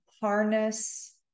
Harness